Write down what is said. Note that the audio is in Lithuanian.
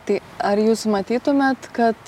tai ar jūs matytumėt kad